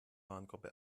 warengruppe